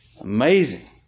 Amazing